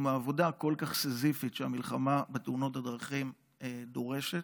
עם העבודה הכל-כך סיזיפית שהמלחמה בתאונות הדרכים דורשת,